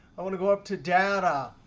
i want to go up to data,